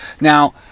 Now